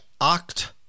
oct